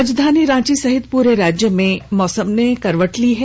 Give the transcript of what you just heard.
राजधानी रांची सहित पूरे राज्य में मौसम ने करवट ली है